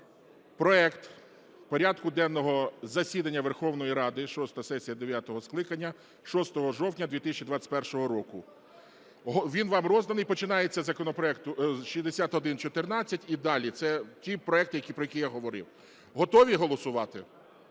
проект порядку денного засідання Верховної Ради (шоста сесія дев'ятого скликання, 6 жовтня 2021 року). Він вам розданий, починається законопроект з 6114 і далі, це ті проекти, про які я говорив. Готові голосувати?